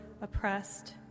oppressed